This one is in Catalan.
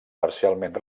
parcialment